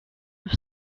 have